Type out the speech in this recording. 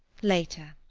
later.